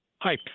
Hi